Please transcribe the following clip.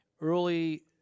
Early